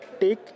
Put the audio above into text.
take